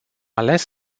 ales